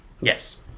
yes